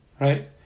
right